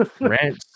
Ranch